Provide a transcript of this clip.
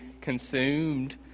consumed